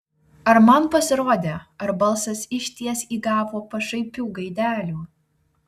ar man pasirodė ar balsas išties įgavo pašaipių gaidelių